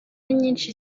nyinshi